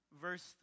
verse